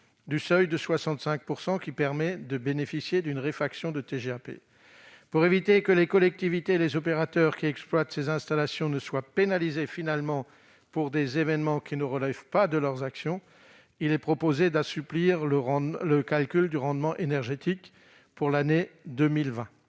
du seuil de 65 % permettant de bénéficier d'une réfaction de TGAP. Pour éviter que les collectivités et les opérateurs qui exploitent ces installations ne soient pénalisés fiscalement pour des événements qui ne relèvent pas de leurs actions, il est proposé d'assouplir le calcul du rendement énergétique pour l'année 2020.